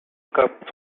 cup